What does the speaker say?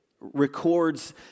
records